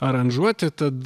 aranžuoti tad